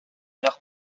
leur